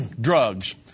drugs